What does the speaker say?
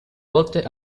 volte